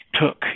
took